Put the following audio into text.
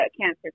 cancer